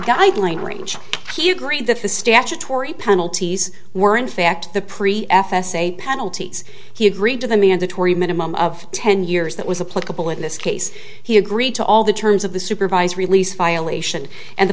guideline range he agreed that the statutory penalties were in fact the pre f s a penalties he agreed to the mandatory minimum of ten years that was a political in this case he agreed to all the terms of the supervised release violation and the